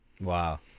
Wow